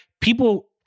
people